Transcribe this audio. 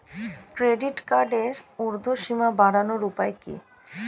Credit কার্ডের উর্ধ্বসীমা বাড়ানোর উপায় কি?